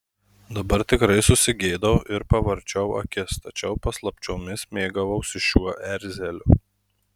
dabar tikrai susigėdau ir pavarčiau akis tačiau paslapčiomis mėgavausi šiuo erzeliu